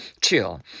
chill